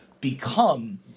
become